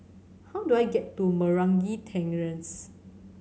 how do I get to Meragi Terrace